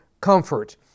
comfort